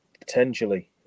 potentially